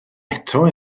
eto